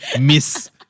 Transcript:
Miss